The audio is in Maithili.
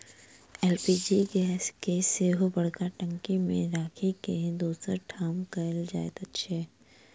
एल.पी.जी गैस के सेहो बड़का टंकी मे राखि के दोसर ठाम कयल जाइत छै